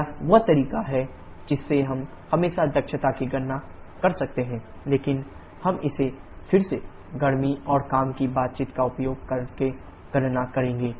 यह वह तरीका है जिससे हम हमेशा दक्षता की गणना कर सकते हैं लेकिन हम इसे फिर से गर्मी और काम की बातचीत का उपयोग करके गणना करेंगे